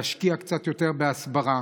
להשקיע קצת יותר בהסברה